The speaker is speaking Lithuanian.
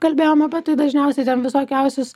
kalbėjom apie tai dažniausiai ten visokiausius